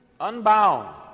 unbound